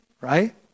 right